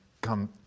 come